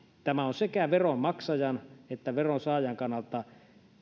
tämä on sekä veronmaksajan että veronsaajan kannalta